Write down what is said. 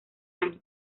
año